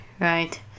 Right